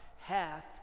hath